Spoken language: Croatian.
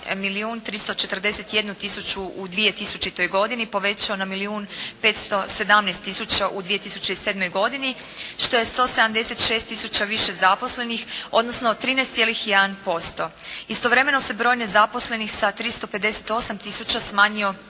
341 tisuću u 2000. godini povećao na milijun 517 tisuća u 2007. godini, što je 176 tisuća više zaposlenih, odnosno 13,1%. Istovremeno se broj nezaposlenih sa 358 tisuća smanjio